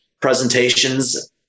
presentations